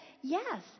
yes